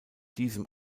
diesem